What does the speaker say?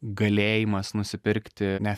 galėjimas nusipirkti ne